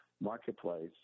marketplace